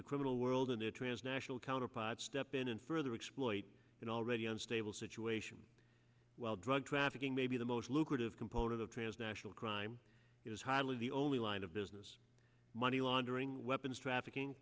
the criminal world and their transnational counterparts step in and further exploit an already unstable situation while drug trafficking may be the most lucrative component of transnational crime is hardly the only line of business money laundering weapons trafficking